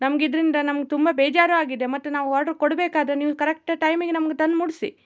ನಮ್ಗೆ ಇದರಿಂದ ನಮ್ಗೆ ತುಂಬ ಬೇಜಾರು ಆಗಿದೆ ಮತ್ತು ನಾವು ಆರ್ಡರ್ ಕೊಡಬೇಕಾದ್ರೆ ನೀವು ಕರೆಕ್ಟ್ ಟೈಮಿಗೆ ನಮ್ಗೆ ತಂದು ಮುಟ್ಟಿಸಿ